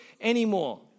anymore